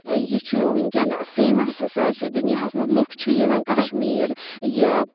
یہِ چھِ ونکیٚن فیمس سٲرسٕے دُنیاہس منٛز لُکھ چھِ یوان کٔشمیر یہِ